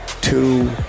two